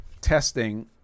testing